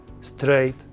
straight